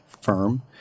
firm